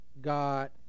God